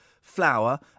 flour